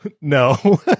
no